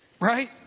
Right